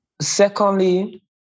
secondly